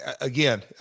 again